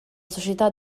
società